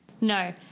No